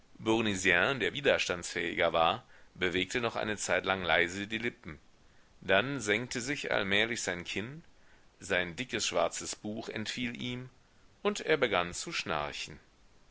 der widerstandsfähiger war bewegte noch eine zeitlang leise die lippen dann senkte sich allmählich sein kinn sein dickes schwarzes buch entfiel ihm und er begann zu schnarchen